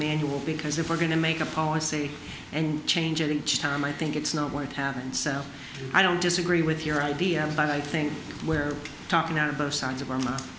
manual because if we're going to make a policy and change it each time i i think it's not what happened so i don't disagree with your idea but i think where the talking are both sides of our mouth